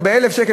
ב-1,000 שקל,